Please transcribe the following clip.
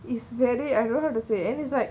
it's very I don't how to say and it's like